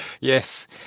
Yes